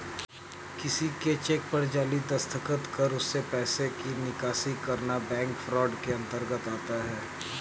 किसी के चेक पर जाली दस्तखत कर उससे पैसे की निकासी करना बैंक फ्रॉड के अंतर्गत आता है